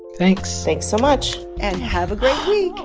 thanks thanks so much and have a great week